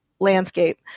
landscape